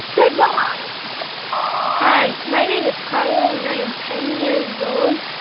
goodbye hi, my name is carlo, and i am ten years old.